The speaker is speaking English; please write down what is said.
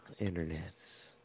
internets